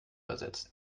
ersetzen